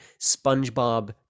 Spongebob